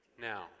now